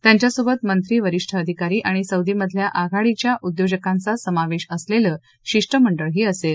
त्यांच्यासोबत मंत्री वरीष्ठ अधिकारी आणि सौदीमधल्या आघाडीच्या उद्योजकांचा समावेश असलेलं शिष्टमंडळही असेल